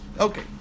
Okay